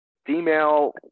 female